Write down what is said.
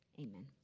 Amen